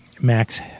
Max